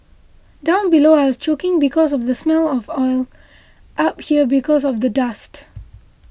down below I was choking because of the smell of oil up here because of the dust